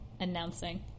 announcing